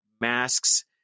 Masks